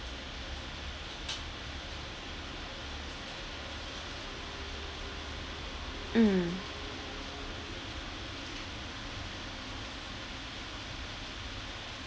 mm